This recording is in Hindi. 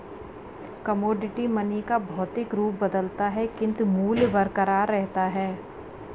कमोडिटी मनी का भौतिक रूप बदलता है किंतु मूल्य बरकरार रहता है